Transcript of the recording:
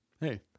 hey